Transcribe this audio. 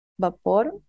vapor